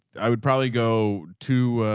i would probably go to,